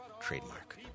Trademark